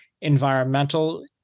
environmental